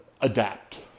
adapt